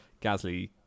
Gasly